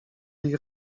ich